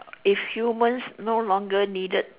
if humans no longer needed